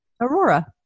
Aurora